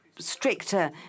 stricter